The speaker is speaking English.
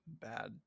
bad